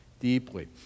Deeply